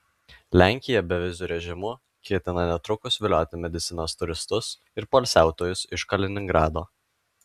lenkija beviziu režimu ketina netrukus vilioti medicinos turistus ir poilsiautojus iš kaliningrado